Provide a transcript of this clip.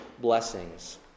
blessings